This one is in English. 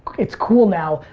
it's cool now,